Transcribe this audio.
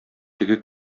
теге